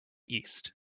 east